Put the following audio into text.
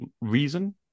reason